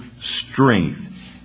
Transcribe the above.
strength